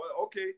Okay